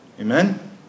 amen